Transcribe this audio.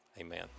Amen